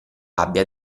abbia